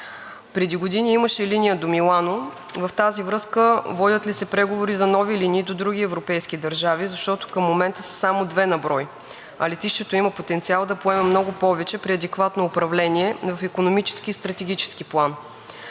Преди години имаше линия до Милано. В тази връзка водят ли се преговори за нови линии до други европейски държави, защото към момента са само две на брой, а летището има потенциал да поеме много повече при адекватно управление в икономически и стратегически план?